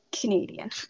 Canadian